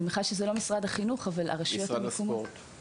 אני מניחה שלא משרד החינוך --- משרד הספורט